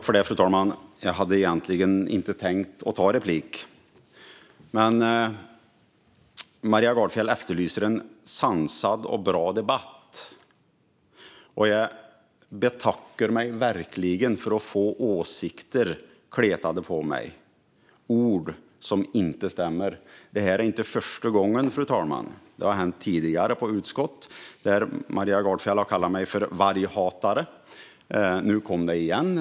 Fru talman! Jag hade egentligen inte tänkt ta replik, men Maria Gardfjell efterlyste en sansad och bra debatt. Jag betackar mig verkligen för att få åsikter kletade på mig - ord som inte stämmer. Det är inte första gången, fru talman, utan det har hänt tidigare i utskottet, där Maria Gardfjell har kallat mig för varghatare. Nu kom det igen.